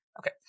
okay